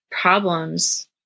problems